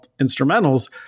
instrumentals